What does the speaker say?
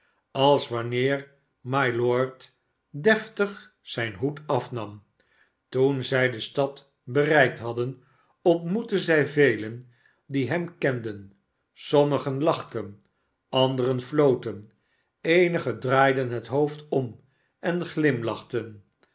als wanneer mylord deftig zijn hoed amam toen zij de stad bereikt hadden ontmoetten zij velen die hem kenden sommigen lachten anderen noten eenigen draaiden het hoofd om en glimlachten